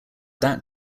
that